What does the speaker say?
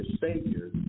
Savior